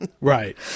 right